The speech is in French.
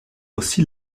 aussi